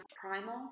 primal